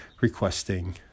requesting